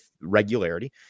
regularity